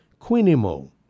quinimo